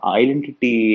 identity